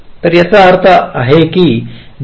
तर याचा अर्थ काय आहे